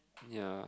yeah